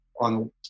on